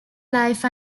life